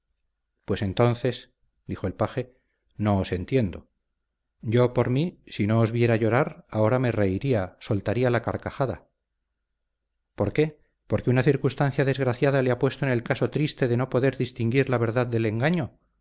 pues entonces dijo el paje no os entiendo yo por mí si no os viera llorar ahora me reiría soltaría la carcajada por qué porque una circunstancia desgraciada le ha puesto en el caso bien triste de no poder distinguir la verdad del engaño